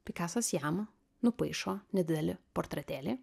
pikasas jam nupaišo nedidelį portretėlį